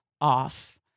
off